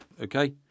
Okay